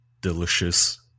delicious